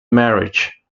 marriage